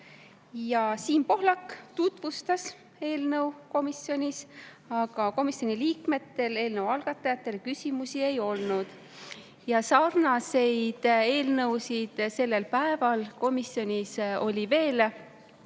Siim Pohlak tutvustas eelnõu komisjonis, aga komisjoni liikmetel eelnõu algatajatele küsimusi ei olnud. Ja sarnaseid eelnõusid sellel päeval komisjonis oli veel